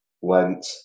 went